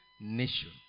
nation